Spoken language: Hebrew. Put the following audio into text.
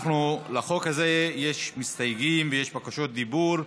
לחוק הזה יש מסתייגים ויש בקשות דיבור.